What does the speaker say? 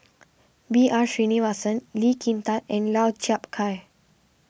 B R Sreenivasan Lee Kin Tat and Lau Chiap Khai